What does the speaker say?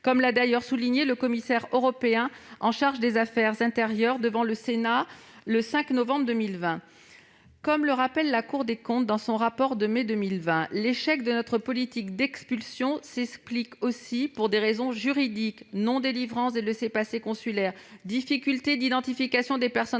comme l'a d'ailleurs souligné la commissaire européenne en charge des affaires intérieures devant le Sénat le 5 novembre 2020. Comme le rappelle la Cour des comptes dans un rapport de mai 2020, l'échec de notre politique d'expulsion s'explique aussi par des raisons juridiques : non-délivrance des laissez-passer consulaires, difficultés d'identification des personnes